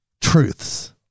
truths